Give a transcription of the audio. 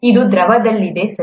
ಇದು ದ್ರವದಲ್ಲಿದೆ ಸರಿ